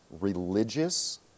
religious